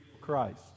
Christ